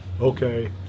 okay